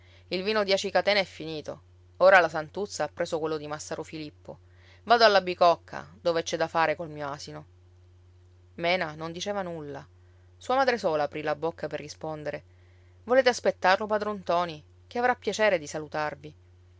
il vino di aci catena è finito ora la santuzza ha preso quello di massaro filippo vado alla bicocca dove c'è da fare col mio asino mena non diceva nulla sua madre sola aprì la bocca per rispondere volete aspettarlo padron ntoni che avrà piacere di salutarvi